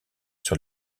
sur